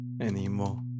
anymore